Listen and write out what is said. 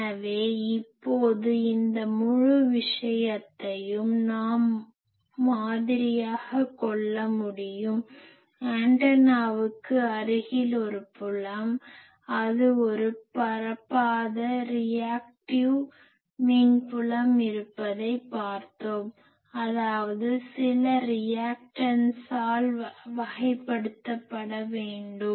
எனவே இப்போது இந்த முழு விஷயத்தையும் நாம் மாதிரியாகக் கொள்ள முடியும் ஆண்டனாவுக்கு அருகில் ஒரு புலம் அது ஒரு பரப்பாத ரியாக்டிவ் மின் புலம் இருப்பதைப் பார்த்தோம் அதாவது இது சில ரியாக்டன்ஸால் வகைப்படுத்தப்பட வேண்டும்